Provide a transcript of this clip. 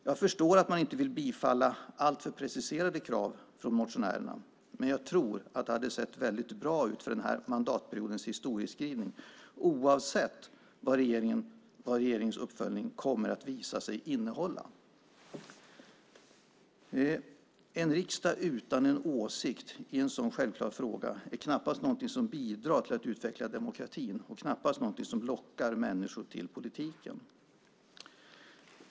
Jag förstår att man inte vill tillstyrka alltför preciserade krav från motionärerna, men jag tror att det hade sett väldigt bra ut för den här mandatperiodens historieskrivning, oavsett vad regeringens uppföljning kommer att visa sig innehålla. En riksdag utan en åsikt i en så självklar fråga är knappast någonting som bidrar till att utveckla demokratin och knappast någonting som lockar människor till politiken.